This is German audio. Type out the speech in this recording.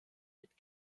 mit